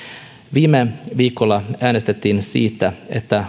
viime viikolla äänestettiin siitä